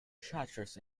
shutters